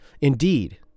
Indeed